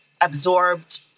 absorbed